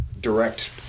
direct